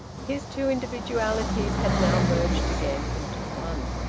his two individualities had now merged again into one.